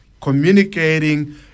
communicating